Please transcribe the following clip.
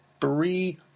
three